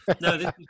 No